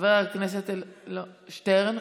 חבר הכנסת שטרן,